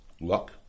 Luck